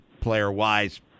player-wise